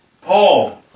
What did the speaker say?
Paul